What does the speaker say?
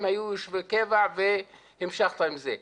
הם היו יושבי קבע והמשכת עם זה.